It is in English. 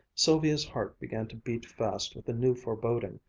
sylvia's heart began to beat fast with a new foreboding.